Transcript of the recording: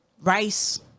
rice